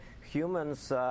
humans